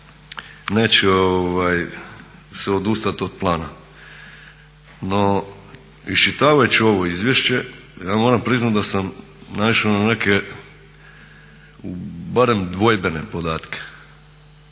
neće se odustat od plana. No iščitavajući ovo izvješće ja moram priznat da sam naišao na neke barem dvojbene podatke.